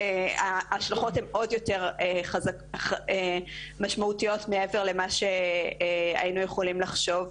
וההשלכות הן עוד יותר משמעותיות ממה שהיינו יכולים לחשוב.